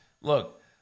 look